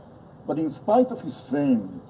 but in spite of his fame,